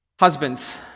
Husbands